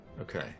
Okay